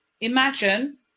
Imagine